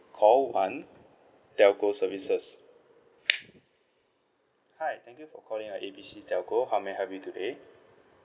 call one telco services hi thank you for calling A B C telco how may I help you today